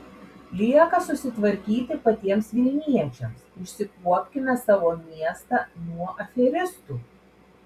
lieka susitvarkyti patiems vilniečiams išsikuopkime savo miestą nuo aferistų